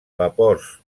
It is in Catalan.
vapors